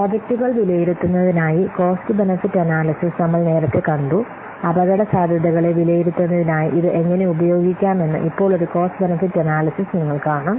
പ്രോജക്റ്റുകൾ വിലയിരുത്തുന്നതിനായി cost benefit analysis നമ്മൾ നേരത്തെ കണ്ടു അപകടസാധ്യതകളെ വിലയിരുത്തുന്നതിനായി ഇത് എങ്ങനെ ഉപയോഗിക്കാമെന്ന് ഇപ്പോൾ ഒരു കോസ്റ്റ് ബെനിഫിറ്റ് അനാല്യ്സിസ് നിങ്ങൾ കാണും